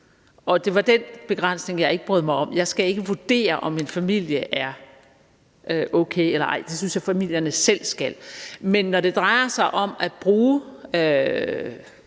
og det var den begrænsning, jeg ikke brød mig om. Jeg skal ikke vurdere, om en familie er okay eller ej, det synes jeg familierne selv skal vurdere. Men når det drejer sig om at bruge